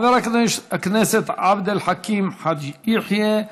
חבר הכנסת עבד אל חכים חאג' יחיא,